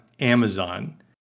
Amazon